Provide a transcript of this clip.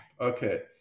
okay